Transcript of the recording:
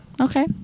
Okay